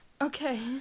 Okay